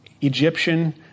Egyptian